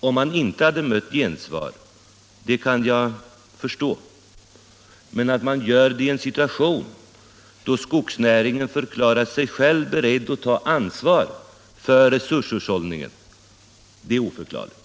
om man inte hade mött gensvar kan jag förstå, men att man gör så i en situation då skogsnäringen förklarar sig beredd att själv ta ansvar för resurshushållningen är oförklarligt.